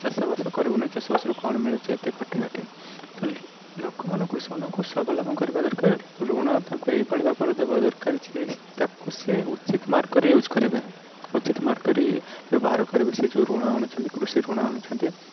ଚାଷବାସ କରିବୁ ନାହିଁ ଚାଷବାସରୁ କଣ ମିଳୁଛି ଏତେ ଖଟି ଖଟି ତ ଲୋକମାନେ କୃଷକମାନଙ୍କୁ ସ୍ଵାବଲମ୍ବୀ କରିବା ଦରକାର ଋଣ ତାଙ୍କୁ ଏ ଭଳି ଭାବରେ ଦେବା ଦରକାର ଯେ ତା'କୁ ସେ ଉଚିତ ମାର୍ଗରେ ୟୁଜ୍ କରିବେ ଉଚିତ ମାର୍ଗରେ ବ୍ୟବହାର କରିବେ ସେ ଯେଉଁ ଋଣ ଆଣୁଛନ୍ତି କୃଷି ଋଣ ଆଣୁଛନ୍ତି